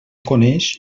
coneix